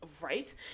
right